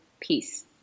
peace